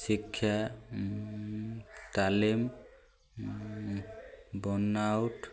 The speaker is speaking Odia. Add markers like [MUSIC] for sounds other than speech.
ଶିକ୍ଷା ତାଲିମ [UNINTELLIGIBLE]